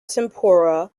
tempore